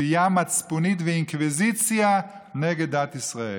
כפייה מצפונית ואינקוויזיציה נגד דת ישראל.